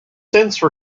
since